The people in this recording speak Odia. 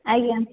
ଆଜ୍ଞା